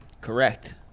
Correct